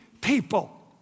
people